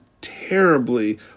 terribly